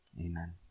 Amen